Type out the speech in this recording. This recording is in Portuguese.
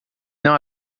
não